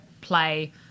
play